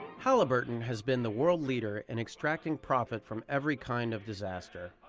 halliburton has been the world leader in extracting profit from every kind of disaster.